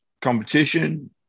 competition